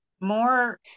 more